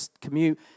commute